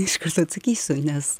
iš karto atsakysiu nes